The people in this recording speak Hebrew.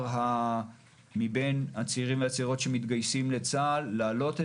מבין הצעירים והצעירות שמתגייסים לצה"ל את